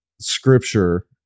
scripture